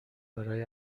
برای